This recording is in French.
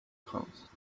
france